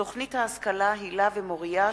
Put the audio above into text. תוכניות ההשכלה היל"ה ו"מוריה",